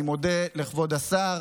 אני מודה לכבוד השר